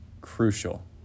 crucial